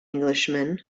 englishman